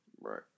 Right